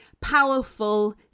powerful